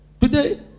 Today